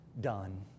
done